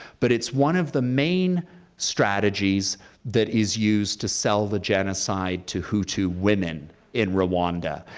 but it's one of the main strategies that is used to sell the genocide to hutu women in rwanda.